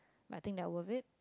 I think that worth it